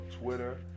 Twitter